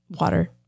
Water